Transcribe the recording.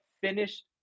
finished